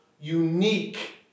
unique